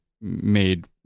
made